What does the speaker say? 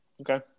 Okay